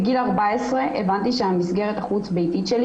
בגיל 14 הבנתי שהמסגרת החוץ ביתית שלי